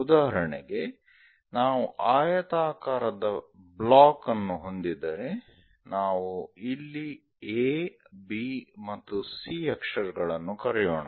ಉದಾಹರಣೆಗೆ ನಾವು ಆಯತಾಕಾರದ ಬ್ಲಾಕ್ ಅನ್ನು ಹೊಂದಿದ್ದರೆ ನಾವು ಇಲ್ಲಿ A B ಮತ್ತು C ಅಕ್ಷರಗಳನ್ನು ಕರೆಯೋಣ